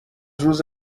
روز